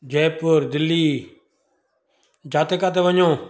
जयपुर दिल्ली जिते किथे वञो